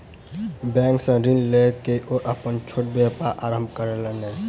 bank सॅ ऋण लय के ओ अपन छोट व्यापारक आरम्भ कयलैन